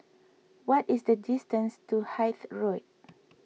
what is the distance to Hythe Road